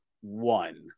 one